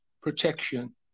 protection